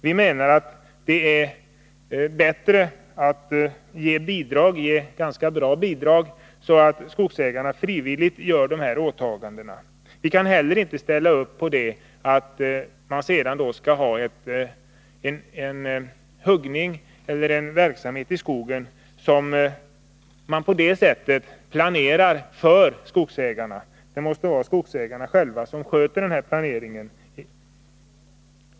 Vi menar att det är bättre att ge bidrag — och ganska bra bidrag — så att skogsägarna frivilligt gör dessa åtaganden. Vi kan inte gå med på att man sedan skall ha en verksamhet i skogen som innebär att man planerar för skogsägarna. Det måste vara skogsägarna själva som sköter denna planering.